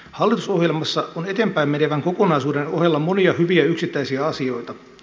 hallitusohjelmassa on eteenpäin menevän kokonaisuuden ohella monia hyviä yksittäisiä asioita